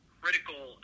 critical